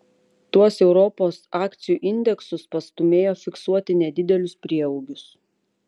tuos europos akcijų indeksus pastūmėjo fiksuoti nedidelius prieaugius